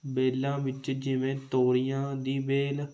ਬੇਲਾਂ ਵਿੱਚ ਜਿਵੇਂ ਤੋਰੀਆਂ ਦੀ ਵੇਲ